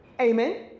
Amen